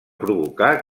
provocar